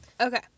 Okay